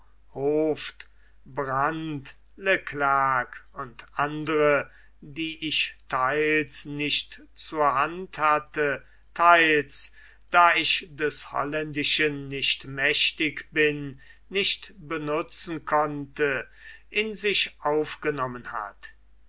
brandt le clerc und andere die ich theils nicht zur hand hatte theils da ich des holländischen nicht mächtig bin nicht benutzen konnte in sich aufgenommen hat